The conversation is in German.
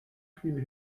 viel